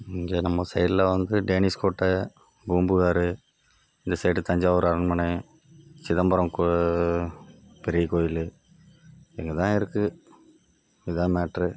இங்கே நம்ம சைடுல வந்து டேனிஷ் கோட்டை பூம்புகாரு இந்த சைடு தஞ்சாவூரு அரண்மனை சிதம்பரம் கோ பெரிய கோவிலு இங்கே தான் இருக்குது இதுதான் மேட்ரு